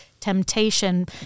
temptation